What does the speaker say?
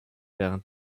während